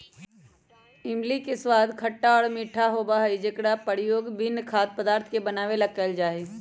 इमली के स्वाद खट्टा और मीठा होबा हई जेकरा प्रयोग विभिन्न खाद्य पदार्थ के बनावे ला कइल जाहई